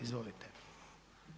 Izvolite.